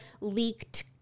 leaked